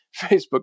Facebook